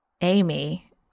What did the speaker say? Amy